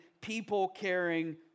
people-caring